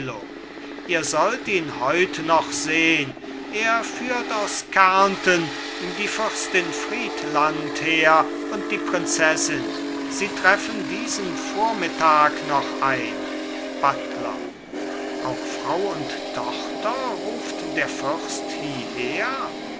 ihr sollt ihn heut noch sehn er führt aus kärnten die fürstin friedland her und die prinzessin sie treffen diesen vormittag noch ein buttler auch frau und tochter ruft der fürst hieher